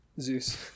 Zeus